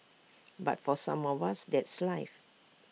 but for some of us that's life